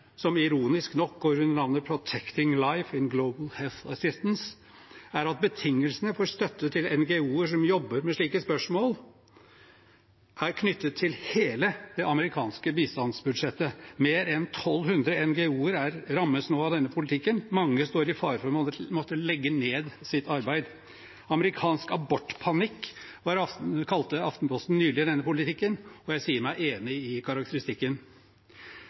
som ironisk nok går under navnet «Protecting Life in Global Health Assistance», er at betingelsene for støtte til NGO-er som jobber med slike spørsmål, er knyttet til hele det amerikanske bistandsbudsjettet. Mer enn 1 200 NGO-er rammes nå av denne politikken. Mange står i fare for å måtte legge ned sitt arbeid. Amerikansk abortpanikk kalte Aftenposten nylig denne politikken, og jeg sier meg enig i karakteristikken.